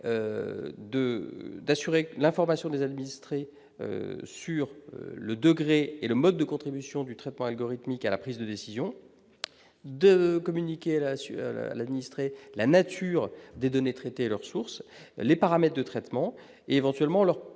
d'assurer l'information des administrés sur le degré et le mode de contribution du traitement algorithmique à la prise de décision, de communiquer, elle assure l'administrer la nature des données traitées leurs sources, les paramètres de traitement éventuellement leur pondération